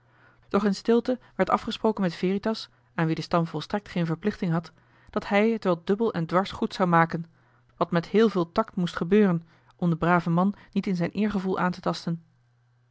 doch in stilte werd afgesproken met veritas aan wien de stam volstrekt geen verplichting had dat hij het wel dubbel en dwars goed zou maken wat met heel veel moest gebeuren om den braven man niet in zijn eergevoel aan te tasten